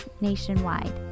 nationwide